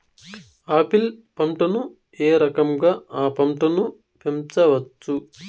Apple పంటను ఏ రకంగా అ పంట ను పెంచవచ్చు?